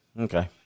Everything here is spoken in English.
Okay